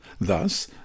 Thus